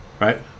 Right